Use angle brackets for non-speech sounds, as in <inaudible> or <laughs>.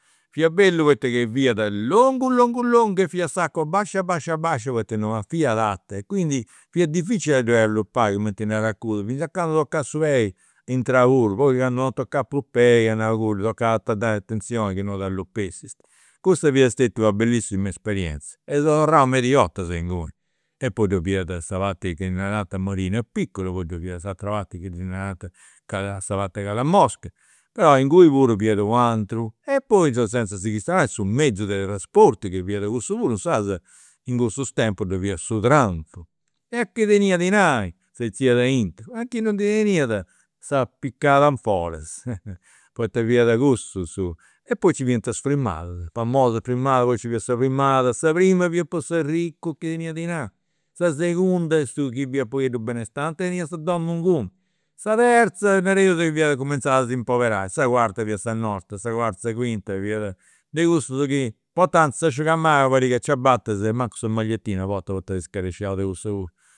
Fiat bellu poita chi fiat longu longu longue fiat s'acua bascia bascia bascia poita non fiat arta e e quindi fiat dificili a ddoi, <unintelligible> cumenti narat cussu, finzas a candu tocat su pei intrau puru, poi candu non tocat prus pei, a nau cuddu, tocat a donai atenzioni chi non t'allupessist. Cussa fiat stetia una bellissima esperienzia <hesitation> seu torrau meda 'ortas inguni. E poi ddoi fiat sa parti chi narant Marina Piccola e poi ddoi fiat s'atera parti chi ddi narant Cala <hesitation> sa parti de Calamosca. Però inguni puru fiat u'ateru, e poi gei senza si chistionai, su mezzu de trasportu chi fiat cussu puru, <unintelligible> in cussus tempus ddoi fiat su tram. E chi tenia dinai setziat aintru, a chi non ndi teniat s'apicat in foras, <laughs> poita fiat cussu su. Poi <unintelligible> fiant is firmadas <unintelligible> poi nci fiat sa firmada, sa prima po s'arricu chi tenia dinai, sa segunda su chi fiat u' pagheddu benestanti teniat sa domu inguni. Sa terza nareus che fiat cumenzat a s'impoberai, sa cuarta fiat sa nostra, sa cuarta sa cuinta fiat de cussus chi portant s'asciugamanu, una pariga 'e ciabatas e mancu sa mallietina a bortas poita scaresciaus de cussa puru